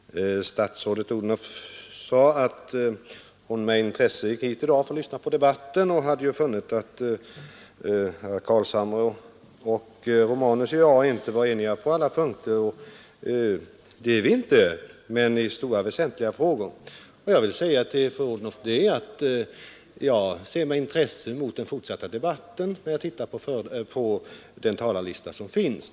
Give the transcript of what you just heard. Herr talman! Statsrådet fru Odhnoff sade att hon med intresse hade gått hit i dag för att lyssna på debatten och funnit att herrar Carlshamre, Romanus och jag inte var eniga på alla punkter. Det är vi inte heller, men i stora väsentliga frågor är vi det. Jag ser med intresse fram emot den fortsatta debatten med tanke på de namn som är upptagna på talarlistan.